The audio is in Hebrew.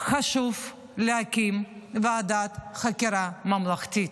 חשוב להקים ועדת חקירה ממלכתית,